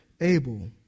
Abel